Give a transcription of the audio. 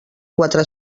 quatre